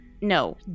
No